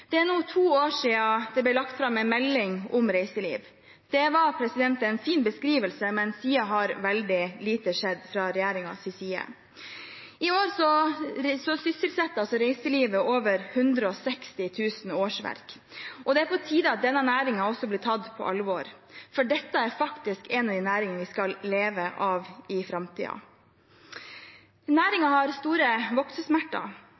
Det er nå to år siden det ble lagt fram en melding om reiseliv. Det var en fin beskrivelse, men siden har veldig lite skjedd fra regjeringens side. I år er det over 160 000 årsverk i reiselivet, og det er på tide at denne næringen også blir tatt på alvor, for dette er en av de næringene vi skal leve av i framtiden. Næringen har store voksesmerter